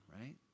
right